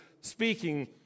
speaking